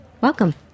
Welcome